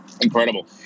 Incredible